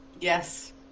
Yes